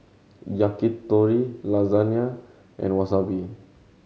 Yakitori Lasagna and Wasabi